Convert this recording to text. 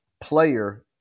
player